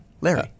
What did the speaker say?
Larry